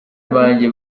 banjye